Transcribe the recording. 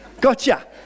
gotcha